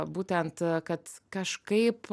būtent kad kažkaip